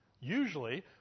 Usually